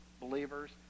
believers